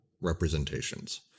representations